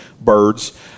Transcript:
birds